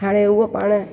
हाणे उहो पाण